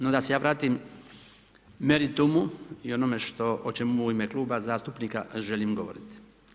No da se ja vratim meritumu i onome što, o čemu u ime kluba zastupnika želim govoriti.